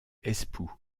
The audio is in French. espoo